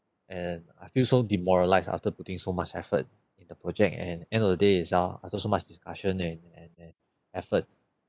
and I feel so demoralised after putting so much effort in the project and end of the day itself after so much discussion and and and effort